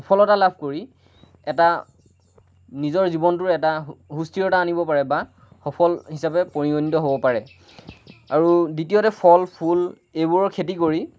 সফলতা লাভ কৰি এটা নিজৰ জীৱনটোৰ এটা সুস্থিৰতা আনিব পাৰে বা সফল হিচাপে পৰিগণিত হ'ব পাৰে আৰু দ্বিতীয়তে ফল ফুল এইবোৰৰ খেতি কৰি